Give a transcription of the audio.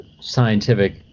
scientific